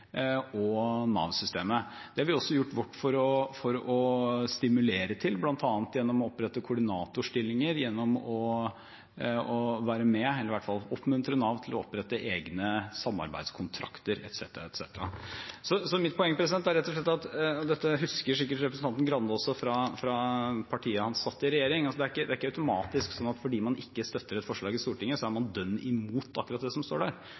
og Nav-systemet. Det har vi også gjort vårt for å stimulere til, bl.a. gjennom å opprette koordinatorstillinger og gjennom å være med på – eller i hvert oppmuntre Nav til – å opprette egne samarbeidskontrakter. Mitt poeng er rett og slett – og dette husker sikkert representanten Grande også fra tiden partiet hans satt i regjering – at det er ikke automatisk sånn at fordi man ikke støtter et forslag i Stortinget, er man dønn imot akkurat det som står der.